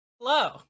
Hello